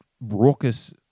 raucous